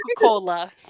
Cola